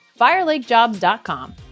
FireLakeJobs.com